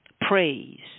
praise